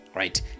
Right